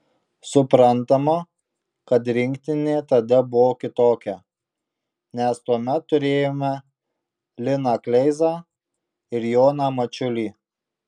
suprantama kad rinktinė tada buvo kitokia nes tuomet turėjome liną kleizą ir joną mačiulį